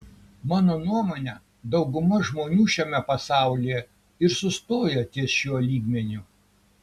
mano nuomone dauguma žmonių šiame pasaulyje ir sustojo ties šiuo lygmeniu